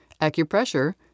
acupressure